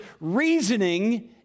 reasoning